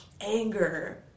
anger